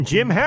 Jim